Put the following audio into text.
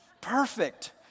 Perfect